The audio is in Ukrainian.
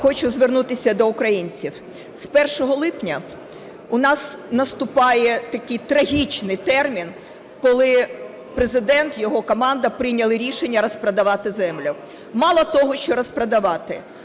хочу звернутися до українців. З 1 липня у нас наступає такий трагічний термін, коли Президент і його команда прийняли рішення розпродавати землю. Мало того, що розпродавати,